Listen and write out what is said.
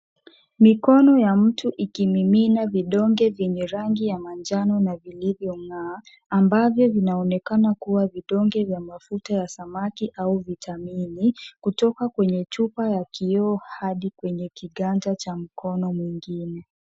Mikono ya mtu ikimimina vidonge vyenye rangi ya manjano na vilivyong'aa, ambavyo vinaonekana kuwa vidonge vya mafuta ya samaki au vitamini, kutoka kwenye chupa ya kioo hadi kwenye kiganja cha mkono mwingine.